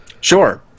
Sure